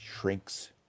shrinks